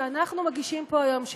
שאנחנו מגישים פה היום,